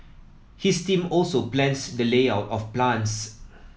his team also plans the layout of plants